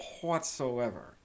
whatsoever